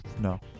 No